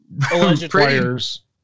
players